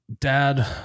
dad